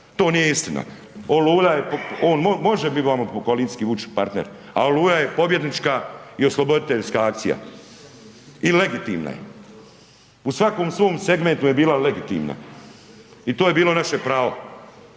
je, ona može biti vam po koalicijski Vučić partner, ali Oluja je pobjednička i osloboditeljska akcija. I legitimna je. u svakom svom segmentu je bila legitimna. I to je bilo naše pravo